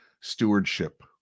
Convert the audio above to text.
stewardship